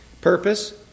purpose